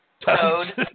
Toad